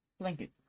blanket